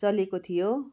चलेको थियो